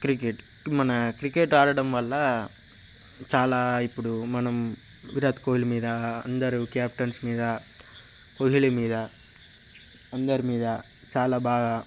cricket మన cricket ఆడటం వల్ల చాలా ఇప్పుడు మనం విరాట్ కోహ్లీ మీద అందరూ కెప్టెన్స్ మీద కోహ్లీ మీద అందరి మీద చాలా బాగా